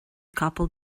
capall